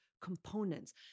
components